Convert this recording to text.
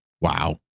wow